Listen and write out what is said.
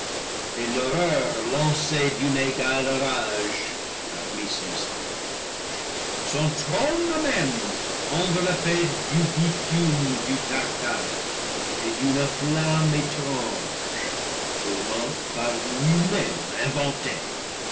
et l'horreur lancés d'une égale rage parmi ses anges son trône même enveloppé du bitume du tartare et d'une flamme étrange tourments par lui-même